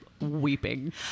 weeping